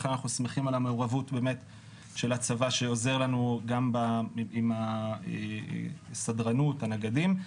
לכן אנחנו שמחים על מעורבות הצבא שעוזר לנו עם הסדרנות והנגדים.